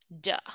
Duh